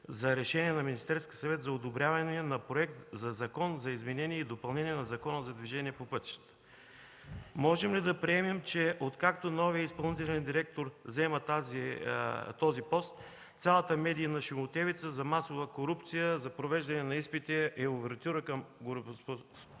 за решение на Министерския съвет за одобряване на проект за Закон за изменение и допълнение на Закона за движение по пътищата. Можем ли да приемем, че откакто новият изпълнителен директор заема този пост, цялата медийна шумотевица за масова корупция за провеждане на изпити е увертюра към горепосочения